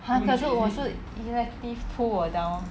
!huh! 可是我是 elective pull 我 down